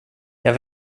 jag